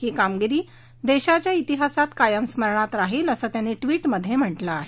ही कामगिरी देशाच्या तिहासात कायम स्मरणात राहील असं त्यांनी व्टिटमधे म्हटलं आहे